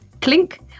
Clink